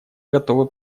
готова